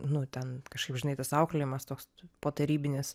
nu ten kažkaip žinai tas auklėjimas toks potarybinis